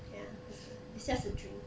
ya 不是 it's just a dream